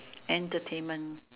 entertainment